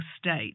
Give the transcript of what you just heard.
state